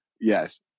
Yes